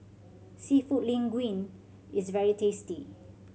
Seafood Linguine is very tasty